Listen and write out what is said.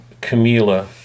Camilla